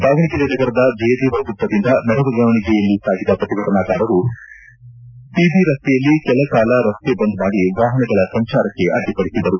ದಾವಣಗೆರೆ ನಗರದ ಜಯದೇವ ವೃತ್ತದಿಂದ ಮೆರವಣಿಗೆಯಲ್ಲಿ ಸಾಗಿದ ಪ್ರತಿಭಟನಾಕಾರರು ಪಿಬಿ ರಸ್ತೆಯಲ್ಲಿ ಕೆಲ ಕಾಲ ರಸ್ತೆ ಬಂದ್ ಮಾಡಿ ವಾಹನಗಳ ಸಂಚಾರಕ್ಕೆ ಅಡ್ಡಿಪಡಿಸಿದರು